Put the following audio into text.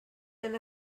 and